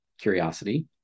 curiosity